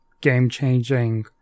game-changing